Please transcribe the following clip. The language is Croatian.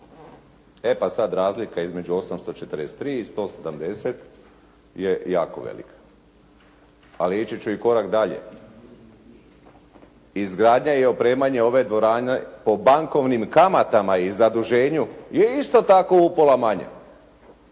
E pa sada razlika između 843 i 170 je jako velika. Ali ići ću i korak dalje. Izgradnja i opremanje ove dvorane po bankovnim kamatama i zaduženju je isto tako upola manja.